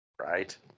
Right